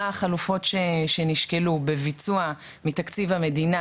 מה החלופות שנשקלו בביצוע מתקציב המדינה,